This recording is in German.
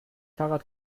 fahrrad